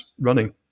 running